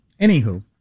Anywho